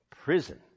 Prison